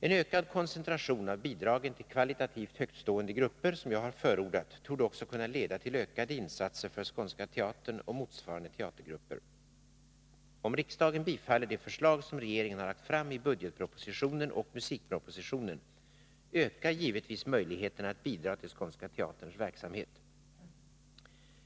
En ökad koncentration av bidragen till kvalitativt högtstående grupper, som jag har förordat, torde också kunna leda till ökade insatser för Skånska Teatern och motsvarande teatergrupper. Om riksdagen bifaller de förslag som regeringen har lagt fram i budgetpropositionen och musikpropositionen ökar givetvis möjligheterna att bidra till Skånska Teaterns verksamhet.